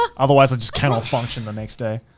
otherwise i just cannot function the next day.